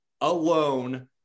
alone